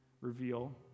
reveal